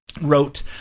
wrote